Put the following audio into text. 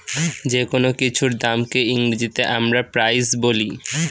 যেকোনো কিছুর দামকে ইংরেজিতে আমরা প্রাইস বলি